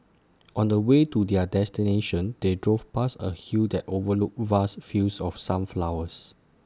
on the way to their destination they drove past A hill that overlooked vast fields of sunflowers